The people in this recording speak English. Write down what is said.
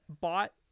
bought